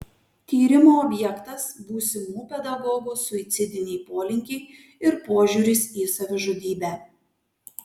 tyrimo objektas būsimų pedagogų suicidiniai polinkiai ir požiūris į savižudybę